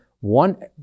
one